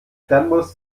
fernbus